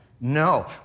No